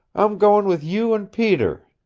i'm goin' with you and peter.